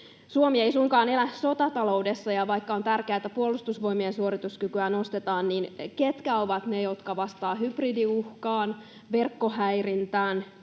Suomi ei suinkaan elä sotataloudessa, ja vaikka on tärkeää, että puolustusvoimien suorituskykyä nostetaan, niin ketkä ovat ne, jotka vastaavat hybridiuhkaan, verkkohäirintään,